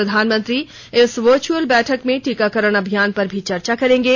प्रधानमंत्री इस वर्च्अल बैठक में टीकाकरण अभियान पर भी चर्चा करेंगे